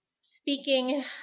speaking